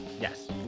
Yes